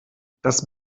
das